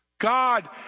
God